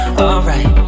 alright